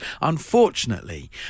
Unfortunately